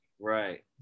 Right